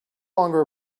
longer